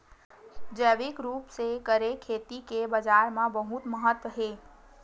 जैविक रूप से करे खेती के बाजार मा बहुत महत्ता हे